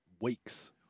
weeks